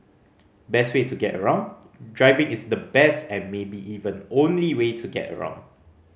best way to get around Driving is the best and maybe even only way to get around